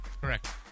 Correct